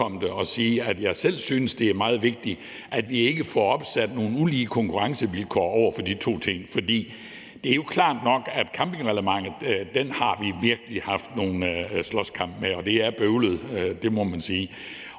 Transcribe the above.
jeg selv synes, det er meget vigtigt, at vi ikke får opsat nogle ulige konkurrencevilkår i forhold til de to ting. For det er jo klart nok, at campingreglementet har vi virkelig haft nogle slåskampe med, og det er bøvlet; det må man sige.